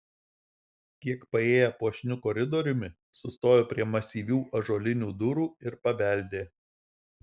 kiek paėję puošniu koridoriumi sustojo prie masyvių ąžuolinių durų ir pabeldė